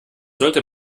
sollte